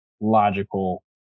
logical